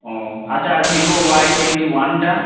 ও আচ্ছা আর Vivo Y twenty ওয়ানটা